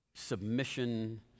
submission